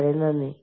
വളരെയധികം നന്ദി